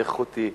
איכותי.